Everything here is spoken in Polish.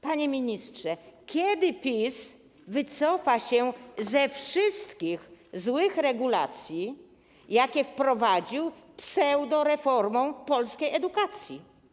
Panie ministrze, kiedy PiS wycofa się ze wszystkich złych regulacji, jakie wprowadził pseudoreformą polskiej edukacji?